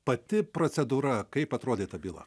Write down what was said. pati procedūra kaip atrodė ta byla